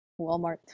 Walmart